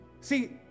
See